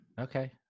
Okay